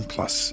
Plus